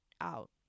out